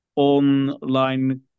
online